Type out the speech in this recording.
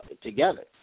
together